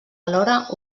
alhora